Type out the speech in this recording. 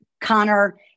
Connor